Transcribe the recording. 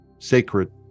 sacred